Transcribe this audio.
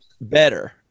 better